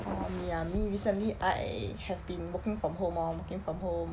orh me ah me recently I have been working from home lor working from home